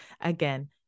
Again